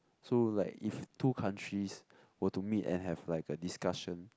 so like if two countries were to meet and have like a discussion